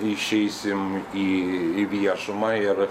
išeisim į į viešumą ir